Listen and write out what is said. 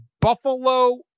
buffalo